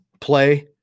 play